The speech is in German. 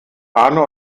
arno